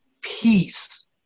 peace